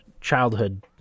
childhood